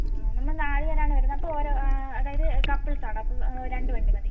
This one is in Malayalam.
ആ നമ്മൾ നാല് പേരാണ് വരുന്നത് അപ്പോൾ ഓരോ അതായത് കപ്പിള്സ് ആണ് അപ്പോൾ രണ്ട് വണ്ടി മതി